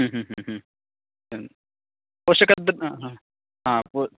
ह्म् ह्म् ह्म् ह्म् एवं पोषकद्रव आ पु